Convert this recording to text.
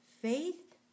Faith